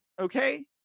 Okay